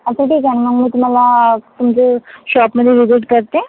अच्छा ठीक आहे मग तुम्हाला तुमचे शॉपमध्ये व्हिजिट करते